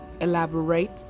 elaborate